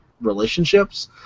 relationships